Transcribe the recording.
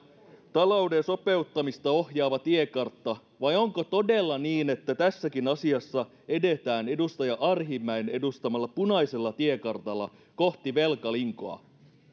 talouden sopeuttamista ohjaava tiekartta vai onko todella niin että tässäkin asiassa edetään edustaja arhinmäen edustamalla punaisella tiekartalla kohti velkalinkoa